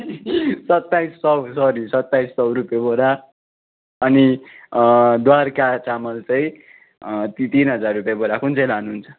सत्ताइस सय सरी सत्ताइस सय रुपे बोरा अनि द्वारिका चामल चाहिँ तिन हजार रुपियाँ बोरा कुन चाहिँ लानु हुन्छ